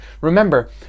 Remember